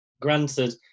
Granted